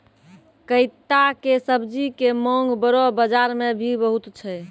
कैता के सब्जी के मांग बड़ो बाजार मॅ भी बहुत छै